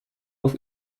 auf